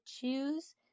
choose